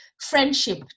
friendship